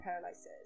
paralysis